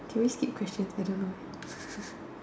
can we skip questions I don't know